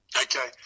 okay